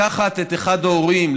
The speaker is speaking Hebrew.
לקחת את אחד ההורים,